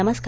नमस्कार